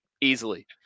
easily